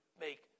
make